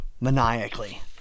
maniacally